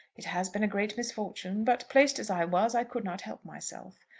it has been a great misfortune but, placed as i was, i could not help myself.